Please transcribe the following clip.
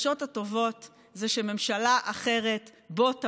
החדשות הטובות הן שממשלה אחרת בוא תבוא.